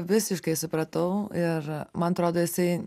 visiškai supratau ir man atrodo jisai